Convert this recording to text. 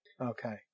okay